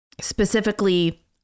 specifically